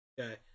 Okay